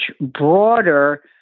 broader